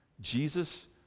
Jesus